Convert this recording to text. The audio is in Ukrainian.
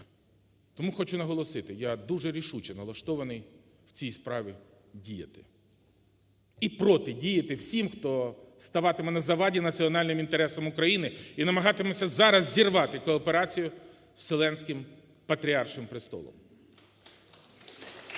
Тому хочу наголосити: я дуже рішуче налаштований в цій справі діяти і протидіяти всім, хто ставатиме на заваді національним інтересам України і намагатиметься зараз зірвати кооперацію з Вселенським патріаршим престолом.